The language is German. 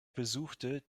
besuchte